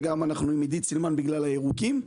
ואנחנו גם עם עידית סילמן בגלל הירוקים,